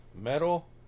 Metal